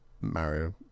mario